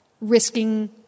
risking